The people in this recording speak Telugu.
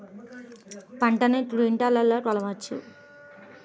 పంటను క్వింటాల్లలో కొలవచ్చా?